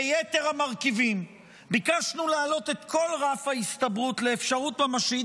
ביתר המרכיבים ביקשנו להעלות את כל רף ההסתברות לאפשרות ממשית,